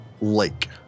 Lake